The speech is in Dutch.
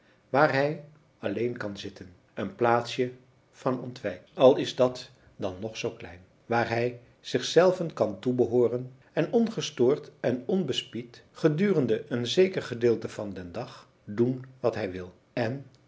waar hij alleen kan zitten een plaatsje van ontwijk al is dat dan ook nog zoo klein waar hij zichzelven kan toebehooren en ongestoord en onbespied gedurende een zeker gedeelte van den dag doen wat hij wil en